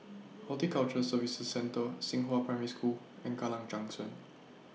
Horticulture Services Centre Xinghua Primary School and Kallang Junction